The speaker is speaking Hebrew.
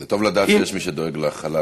טוב לדעת שיש מי שדואג לחלל,